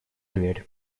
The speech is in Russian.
дверь